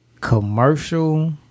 commercial